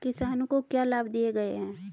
किसानों को क्या लाभ दिए गए हैं?